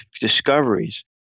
discoveries